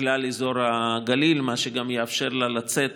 לכלל אזור הגליל, מה שגם יאפשר לה לצאת